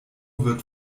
wird